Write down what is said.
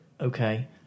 Okay